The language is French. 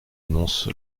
annonce